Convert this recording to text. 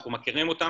אנחנו מכירים אותם